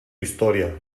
historia